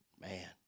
Man